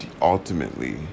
ultimately